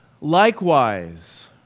Likewise